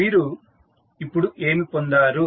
మీరు ఇప్పుడు ఏమి పొందారు